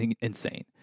insane